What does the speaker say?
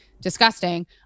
disgusting